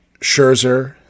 Scherzer